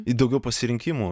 daugiau pasirinkimų